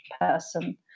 person